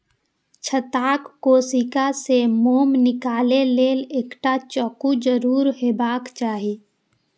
छत्ताक कोशिका सं मोम निकालै लेल एकटा चक्कू जरूर हेबाक चाही